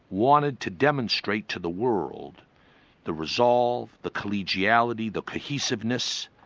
wanted to demonstrate to the world the resolve, the collegiality, the cohesiveness,